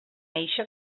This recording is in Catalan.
eixa